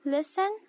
Listen